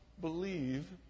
believe